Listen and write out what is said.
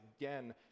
again